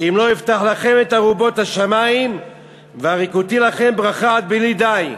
אם לא אפתח לכם את ארֻבות השמים והריקֹתי לכם ברכה עד בלי די".